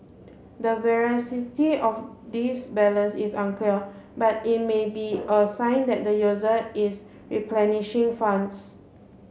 the veracity of this balance is unclear but it may be a sign that the user is replenishing funds